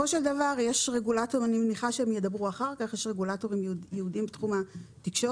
בסופו של דבר יש רגולטורים ייעודיים בתחום התקשורת,